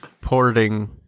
porting